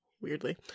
weirdly